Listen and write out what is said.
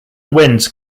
winds